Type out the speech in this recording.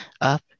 up